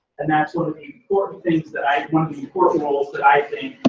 and that's one of the important things that i. one of the important roles that i think.